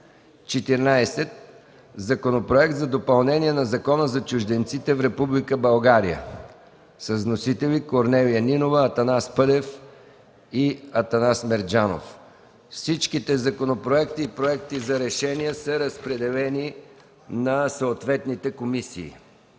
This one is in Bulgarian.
14. Законопроект за допълнение на Закона за чужденците в Република България. Вносители са Корнелия Нинова, Атанас Пъдев и Атанас Мерджанов. Всички законопроекти и проекти за решения са разпределени на съответните комисии.